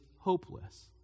hopeless